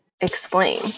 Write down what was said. explain